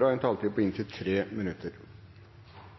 har en taletid på inntil 3 minutter. Når alle er enige om og sier at de